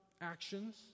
actions